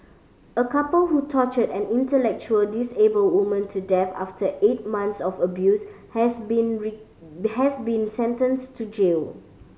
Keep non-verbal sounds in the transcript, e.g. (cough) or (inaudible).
a couple who tortured an intellectual disabled woman to death after eight months of abuse has been (unintelligible) has been sentenced to jail